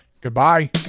goodbye